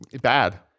bad